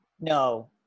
No